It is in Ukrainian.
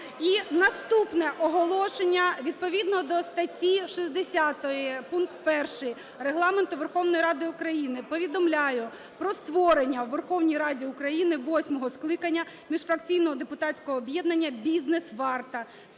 наступне оголошення. Відповідно до статті 60 пункт 1 Регламенту Верховної Ради України повідомляю про створення в Верховній Раді України восьмого скликання міжфракційного депутатського об'єднання "Бізнес-Варта".